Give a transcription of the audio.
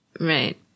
Right